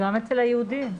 גם אצל היהודים.